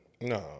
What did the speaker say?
No